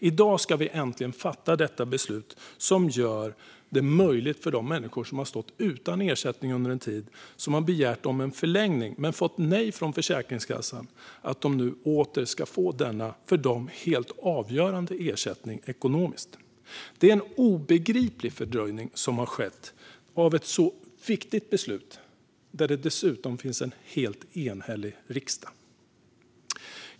I dag ska vi äntligen fatta det beslut som gör det möjligt för de människor som under en tid har stått utan ersättning och som har begärt om en förlängning men fått nej från Försäkringskassan att åter få denna för dem ekonomiskt helt avgörande ersättning. Det är en obegriplig fördröjning som har skett av ett så viktigt beslut, som dessutom en helt enig riksdag står bakom.